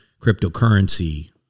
cryptocurrency